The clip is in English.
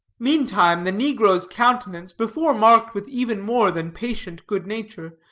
meantime, the negro's countenance, before marked with even more than patient good-nature,